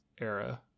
era